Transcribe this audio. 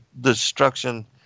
destruction